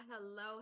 Hello